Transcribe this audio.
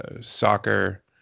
soccer